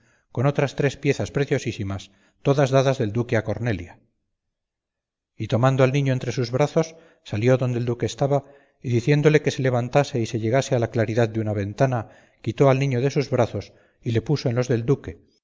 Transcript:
con otras tres piezas preciosísimas todas dadas del duque a cornelia y tomando al niño entre sus brazos salió adonde el duque estaba y diciéndole que se levantase y se llegase a la claridad de una ventana quitó al niño de sus brazos y le puso en los del duque